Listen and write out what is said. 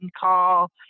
call